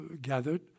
gathered